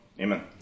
Amen